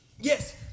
Yes